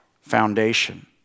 foundation